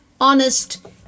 honest